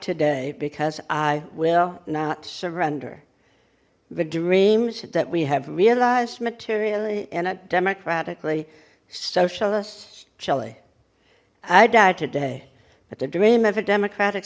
today because i will not surrender the dreams that we have realized materially in a democratically socialist chile i die today but the dream of a democratic